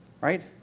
right